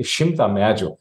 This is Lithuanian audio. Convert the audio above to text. šimtą medžių